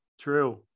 True